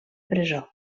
presó